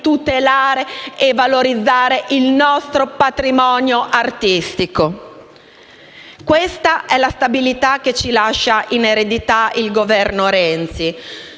tutelare e valorizzare il nostro patrimonio artistico. Questa è la legge di bilancio che ci lascia in eredità il Governo Renzi,